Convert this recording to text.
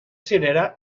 cirera